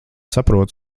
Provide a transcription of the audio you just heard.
saprotu